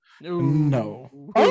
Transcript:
No